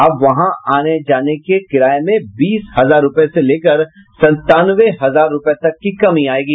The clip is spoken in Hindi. अब वहां आने जाने के किराए में बीस हजार रुपये से लेकर संतानवे हजार रुपये तक की कमी आएगी